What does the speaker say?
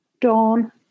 Dawn